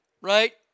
right